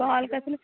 call କରିଥିଲି